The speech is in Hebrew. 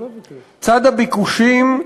צד הביקושים,